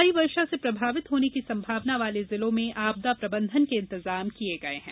भारी वर्षा से प्रभावित होने की संभावना वाले जिलों में आपदा प्रबंधन के इंतजाम किये गये हैं